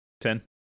ten